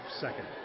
second